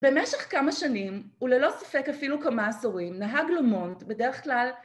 במשך כמה שנים, וללא ספק אפילו כמה עשורים, נהג לומונט בדרך כלל